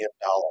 dollar